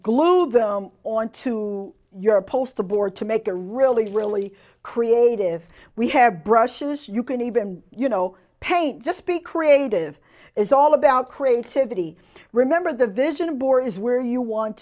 glue them onto your poster board to make a really really creative we have brushes you can even you know paint just be creative it's all about creativity remember the vision of bohr is where you want